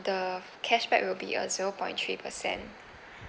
the cashback will be a zero point three percent